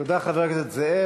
תודה, חבר הכנסת זאב.